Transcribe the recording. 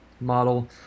model